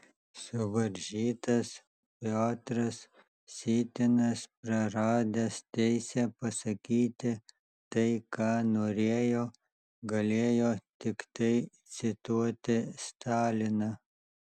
suvaržytas piotras sytinas praradęs teisę pasakyti tai ką norėjo galėjo tiktai cituoti staliną